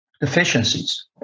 deficiencies